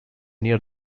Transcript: near